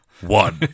One